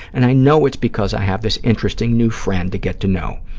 and i know it's because i have this interesting new friend to get to know.